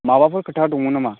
माबाफोर खोथा दंमोन नामा